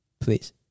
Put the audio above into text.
Please